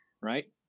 right